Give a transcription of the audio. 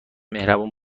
مهربون